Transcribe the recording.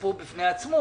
סיפור בפני עצמו